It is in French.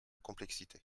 complexité